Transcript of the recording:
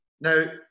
now